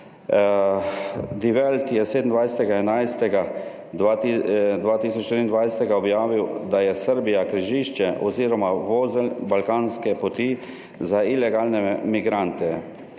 Die Welt je 27. 11. 2023 objavil, da je Srbija križišče oziroma vozel balkanske poti za ilegalne migrante.